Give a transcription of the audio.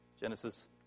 Genesis